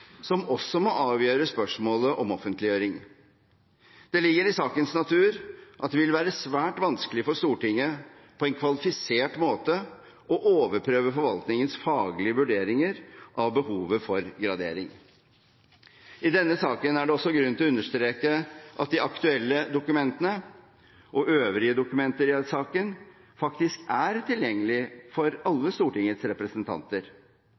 som også må avgjøre spørsmålet om offentliggjøring. Det ligger i sakens natur at det vil være svært vanskelig for Stortinget på en kvalifisert måte å overprøve forvaltningens faglige vurderinger av behovet for gradering. I denne saken er det også grunn til å understreke at de aktuelle dokumentene og øvrige dokumenter i denne saken faktisk er tilgjengelig for alle Stortingets representanter.